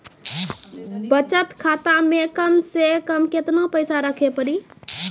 बचत खाता मे कम से कम केतना पैसा रखे पड़ी?